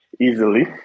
easily